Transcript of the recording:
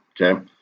Okay